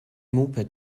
moped